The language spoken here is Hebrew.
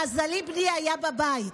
למזלי, בני היה בבית.